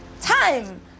time